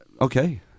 okay